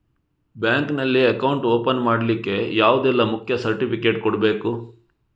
Bank ನಲ್ಲಿ account open ಮಾಡ್ಲಿಕ್ಕೆ ಯಾವುದೆಲ್ಲ ಮುಖ್ಯ ಸರ್ಟಿಫಿಕೇಟ್ ಕೊಡ್ಬೇಕು?